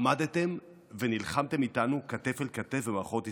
עמדתם ונלחמתם איתנו כתף אל כתף במערכות ישראל.